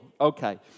Okay